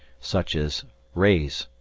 such as raise!